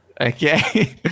okay